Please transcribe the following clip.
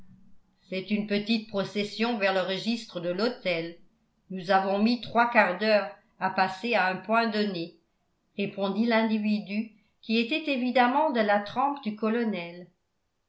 c'est une petite procession vers le registre de l'hôtel nous avons mis trois quarts d'heure à passer à un point donné répondit l'individu qui était évidemment de la trempe du colonel